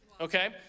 okay